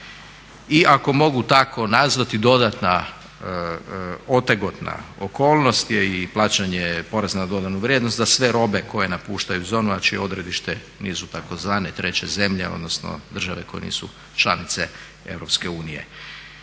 I ako mogu tako nazvati dodatna otegotna okolnost je i plaćanje poreza na dodanu vrijednost za sve robe koje napuštaju zonu, znači odredište nisu tzv. treće zemlje, odnosno države koje nisu članice